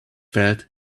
felt